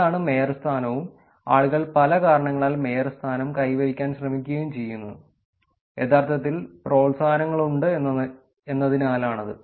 അതാണ് മേയർ സ്ഥാനവും ആളുകൾ പല കാരണങ്ങളാൽ മേയർ സ്ഥാനം കൈവരിക്കാൻ ശ്രമിക്കുകയും ചെയുന്നു യഥാർത്ഥത്തിൽ പ്രോത്സാഹനങ്ങളുണ്ട് എന്നതിനാലാണത്